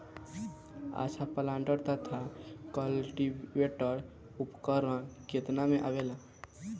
अच्छा प्लांटर तथा क्लटीवेटर उपकरण केतना में आवेला?